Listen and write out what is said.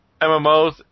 MMOs